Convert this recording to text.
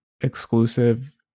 exclusive